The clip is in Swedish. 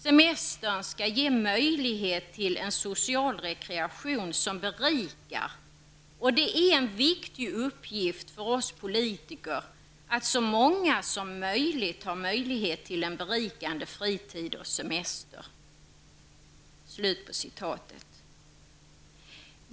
Semestern skall ge möjlighet till en social rekreation som berikar, och det är en viktig uppgift för oss politiker, att så många som möjligt har möjlighet till en berikande fritid och semester.''